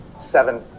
seven